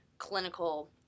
clinical